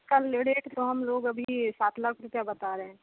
कल तो हम लोग अभी सात लाख रुपये बता रहे हैं